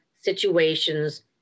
situations